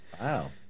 Wow